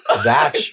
Zach